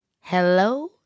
Hello